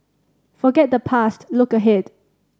forget the past look ahead